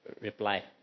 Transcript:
reply